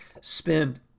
spend